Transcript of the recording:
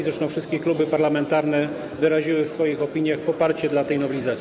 Zresztą wszystkie kluby parlamentarne wyraziły w swoich opiniach poparcie dla tej nowelizacji.